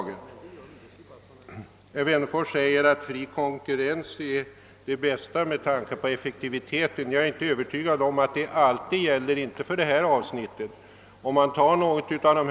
Herr Wennerfors säger att fri konkurrens är bäst för effektiviteten. Jag är inte övertygad om att detta alltid stämmer, i varje fall inte på det här området.